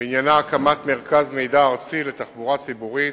ועניינה הקמת מרכז מידע ארצי לתחבורה ציבורית,